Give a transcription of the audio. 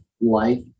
life